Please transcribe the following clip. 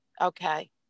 Okay